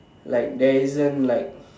like there isn't like